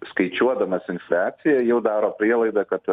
skaičiuodamas infliaciją jau daro prielaidą kad